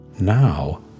Now